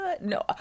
No